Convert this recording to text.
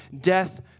death